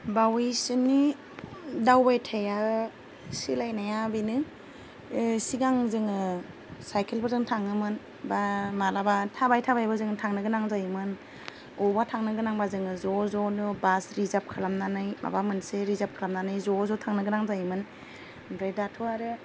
बावैसोनि दावबायथाया सोलायनाया बेनो सिगां जोङो साइखेलफोरजों थाङोमोन बा माब्लाबा थाबाय थाबायैबो जों थांनो गोनां जायोमोन बबेयावबा थांनो गोनांबा जोङो ज' ज' नों बास रिजार्भ खालामनानै माबा मोनसे रिजार्भ खालामनानै ज' ज' थांनो गोनां जायोमोन ओमफ्राय दाथ' आरो